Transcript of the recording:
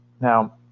Now